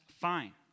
fine